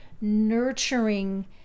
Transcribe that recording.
nurturing